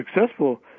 successful